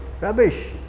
rubbish